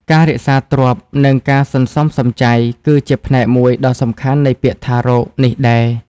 ការរក្សាទ្រព្យ និងការសន្សំសំចៃ ក៏ជាផ្នែកមួយដ៏សំខាន់នៃពាក្យថា «រក» នេះដែរ។